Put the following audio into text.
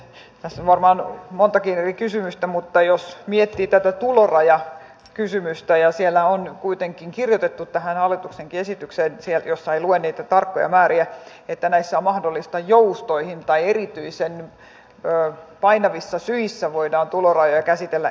tässä on varmaan montakin eri kysymystä mutta jos miettii tätä tulorajakysymystä siitä on kuitenkin kirjoitettu tähän hallituksen esitykseenkin jossa ei lue niitä tarkkoja määriä että tässä on mahdollisuus joustoihin tai erityisen painavista syistä voidaan tulorajoja käsitellä eri tavoin